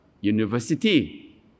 university